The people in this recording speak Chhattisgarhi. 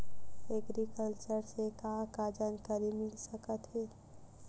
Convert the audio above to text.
एग्रीकल्चर से का का जानकारी मिल सकत हे?